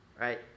right